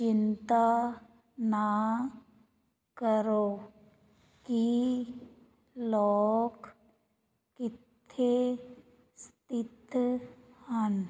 ਚਿੰਤਾ ਨਾ ਕਰੋ ਕਿ ਲੋਕ ਕਿੱਥੇ ਸਥਿਤ ਹਨ